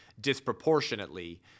disproportionately